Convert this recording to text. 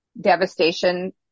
devastation